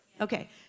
Okay